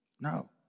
No